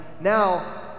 now